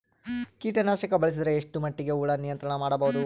ಕೀಟನಾಶಕ ಬಳಸಿದರ ಎಷ್ಟ ಮಟ್ಟಿಗೆ ಹುಳ ನಿಯಂತ್ರಣ ಮಾಡಬಹುದು?